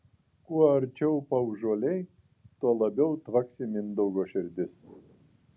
kuo arčiau paužuoliai tuo labiau tvaksi mindaugo širdis